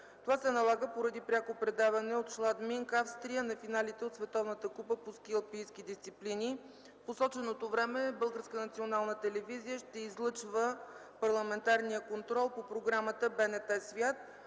Това се налага поради пряко предаване от Шладминг – Австрия, на финалите от Световната купа по ски алпийски дисциплини. В посоченото време Българската национална телевизия ще излъчва парламентарния контрол по програмата „БНТ свят”.